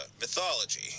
mythology